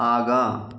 आगाँ